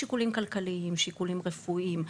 שיקולים כלכליים,